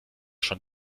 schon